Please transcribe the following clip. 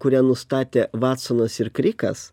kurią nustatė vatsonas ir krikas